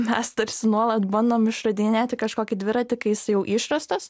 mes tarsi nuolat bandom išradinėti kažkokį dviratį kai jis jau išrastas